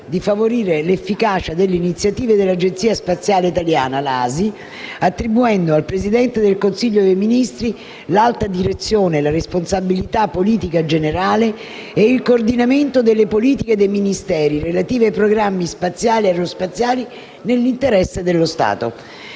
di favorire l'efficacia delle iniziative dell'Agenzia spaziale italiana, l'ASI, attribuendo al Presidente del Consiglio dei ministri l'alta direzione, la responsabilità politica generale e il coordinamento delle politiche dei Ministeri relative ai programmi spaziali e aerospaziali nell'interesse dello Stato.